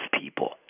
people